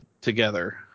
together